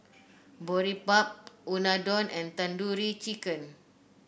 Boribap Unadon and Tandoori Chicken